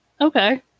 Okay